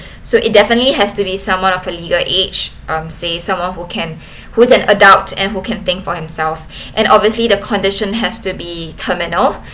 so it definitely has to be someone of a legal age um say someone who can who's an adult and who can think for himself and obviously the condition has to be terminal